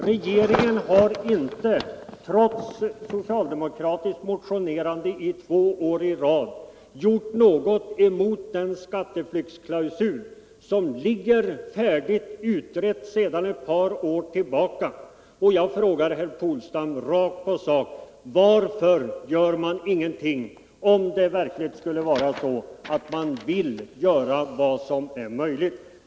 Regeringen har inte trots socialdemokratiskt motionerande under två år i rad gjort något av den skatteflyktsklausul som ligger färdig och utredd sedan ett par år tillbaka. Jag frågar herr Polstam: Varför gör man ingenting om man verkligen vill göra vad som är möjligt?